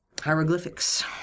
Hieroglyphics